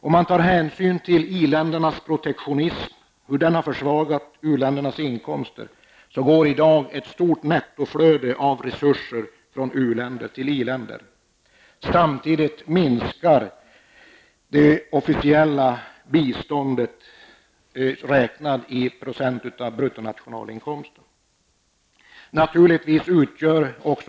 Om man tar hänsyn till hur iländernas protektionism har försvagat u-ländernas inkomster, går i dag ett stort nettoflöde av resurser från u-länder till i-länder, samtidigt som det officiella biståndet räknat i procent av bruttonationalinkomsten minskar.